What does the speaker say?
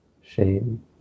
shame